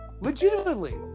legitimately